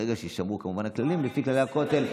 ברגע שיישמרו כמובן הכללים לפי כללי הכותל: